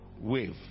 wave